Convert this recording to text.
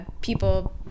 people